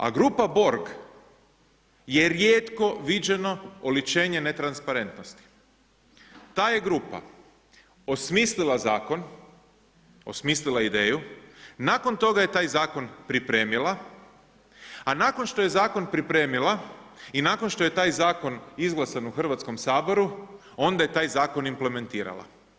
A grupa Borg je rijetko viđeno oličenje netransparentnosti, ta je grupa osmislila zakon, osmislila ideju, nakon toga je taj zakon pripremila, a nakon što je zakon pripremila i nakon što je taj zakon izglasan u Hrvatskom saboru onda je taj zakon implementirala.